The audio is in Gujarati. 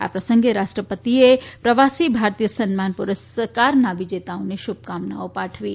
આ પ્રસંગે રાષ્ટ્રપતિએ પ્રવાસી ભારતીય સન્માન પુરસ્કારના વિજેતાઓને શુભકામનાઓ પાઠવી છે